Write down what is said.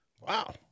Wow